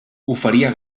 oferia